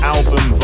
Album